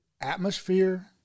atmosphere